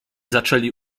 zaczęli